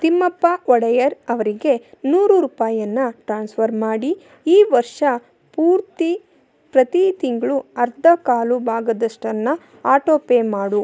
ತಿಮ್ಮಪ್ಪ ಒಡೆಯರ್ ಅವರಿಗೆ ನೂರು ರೂಪಾಯನ್ನು ಟ್ರಾನ್ಸ್ಫರ್ ಮಾಡಿ ಈ ವರ್ಷ ಪೂರ್ತಿ ಪ್ರತಿ ತಿಂಗಳು ಅರ್ಧ ಕಾಲು ಭಾಗದಷ್ಟನ್ನು ಆಟೋಪೇ ಮಾಡು